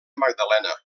magdalena